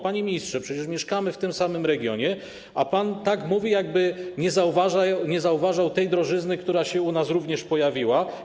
Panie ministrze, przecież mieszkamy w tym samym regionie, a pan tak mówi, jakby nie zauważał tej drożyzny, która się u nas również pojawiła.